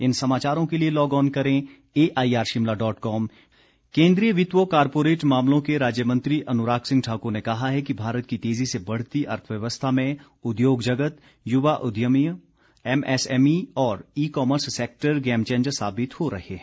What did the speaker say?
अनुराग ठाकुर केन्द्रीय वित्त व कॉरपोरेट मामलों के राज्य मंत्री अनुराग सिंह ठाकुर ने कहा है कि भारत की तेजी से बढ़ती अर्थव्यवस्था में उद्योग जगत युवा उद्यमियों एमएसएमई और e commerce sector game changer साबित हो रहे हैं